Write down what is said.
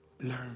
Learn